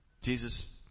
Jesus